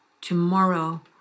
tomorrow